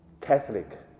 Catholic